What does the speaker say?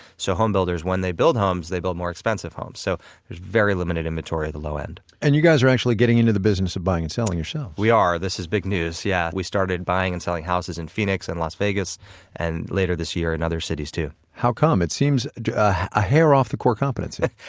so homebuilders, when they build homes, they build more expensive homes. so there's very limited inventory at the low end and you guys are actually getting into the business of buying and selling yourself we are. this is big news. yeah we started buying and selling houses in phoenix and las vegas and later this year and other cities, too how come? it seems a hair off the core competency?